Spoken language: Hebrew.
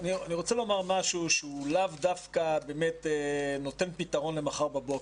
אני רוצה לומר משהו שהוא לאו דווקא נותן פתרון למחר בבוקר.